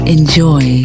Enjoy